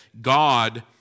God